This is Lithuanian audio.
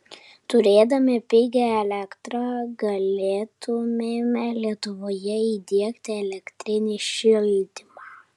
turėdami pigią elektrą galėtumėme lietuvoje įdiegti elektrinį šildymą